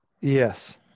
Yes